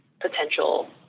potential